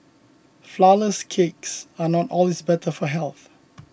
Flourless Cakes are not always better for health